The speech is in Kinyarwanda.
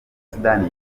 sudani